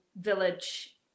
village